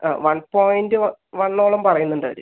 ആ one point വണ്ണോളം പറയുന്നുണ്ട് അവർ